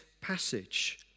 passage